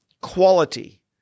quality